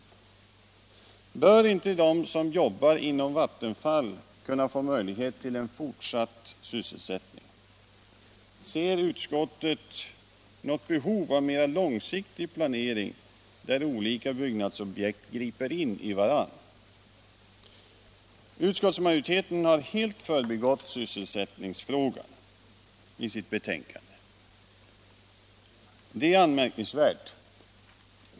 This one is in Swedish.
Bör inte de som jobbar inom Vattenfall få möjlighet till fortsatt sysselsättning? Ser utskottet något behov av mera långsiktig planering där olika byggnadsobjekt griper in i varandra? Utskottsmajoriteten har i sitt betänkande helt förbigått sysselsättningsfrågan. Det är anmärkningsvärt.